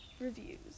Reviews